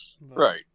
Right